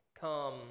come